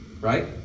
Right